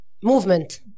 movement